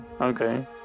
okay